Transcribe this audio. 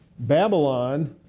Babylon